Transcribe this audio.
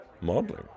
Modeling